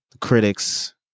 critics